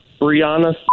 Brianna